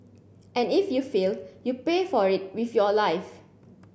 and if you fail you pay for it with your life